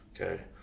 okay